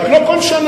רק לא כל שנה.